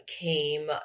came